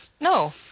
No